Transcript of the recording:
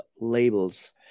labels